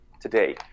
today